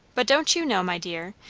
but don't you know, my dear,